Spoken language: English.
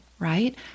right